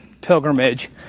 pilgrimage